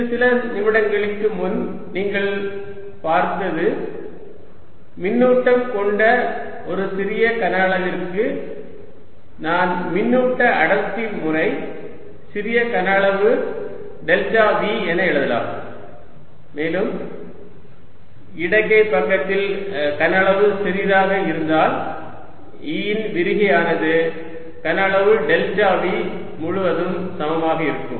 இது சில நிமிடங்களுக்கு முன்பு நீங்கள் பார்த்தது மின்னூட்டம் கொண்ட ஒரு சிறிய கன அளவிற்கு நான் மின்னூட்ட அடர்த்தி முறை சிறிய கன அளவு டெல்டா V என எழுதலாம் மேலும் இடக்கை பக்கத்தில் கன அளவு சிறியதாக இருந்தால் E ன் விரிகையானது கன அளவு டெல்டா V முழுவதும் சமமாக இருக்கும்